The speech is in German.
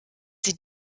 sie